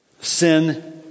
Sin